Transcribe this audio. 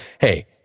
hey